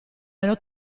ero